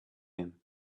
him